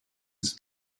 was